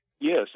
Yes